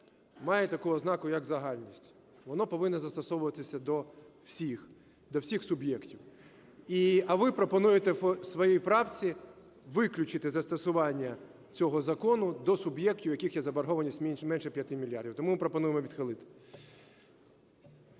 має таку ознаку, як загальність. Воно повинно застосовуватись до всіх суб'єктів. А ви пропонуєте в своїй правці виключити застосування цього закону до суб'єктів, в яких є заборгованість менше 5 мільярдів. Тому пропонуємо відхилити.